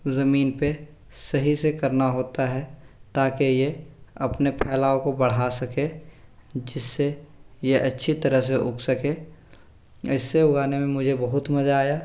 ज़मीन पर सही से करना होता है ताकि ये अपने फैलाव को बढ़ा सके जिस से यह अच्छी तरह से उग सके इसे उगाने में मुझे बहुत मज़ा आया